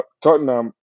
Tottenham